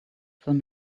from